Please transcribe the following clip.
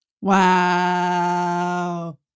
Wow